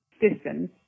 distance